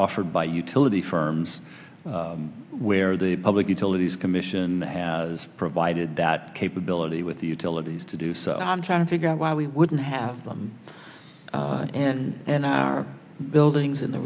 offered by utility firms where the public utilities commission has provided capability with the utilities to do so i'm trying to figure out why we wouldn't have them and our buildings in the